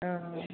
ಹಾಂ